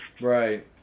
Right